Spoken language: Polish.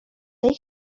tej